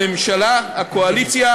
הממשלה, הקואליציה,